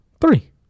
Three